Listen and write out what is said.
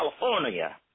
California